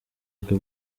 bwe